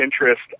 interest